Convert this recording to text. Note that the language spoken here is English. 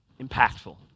impactful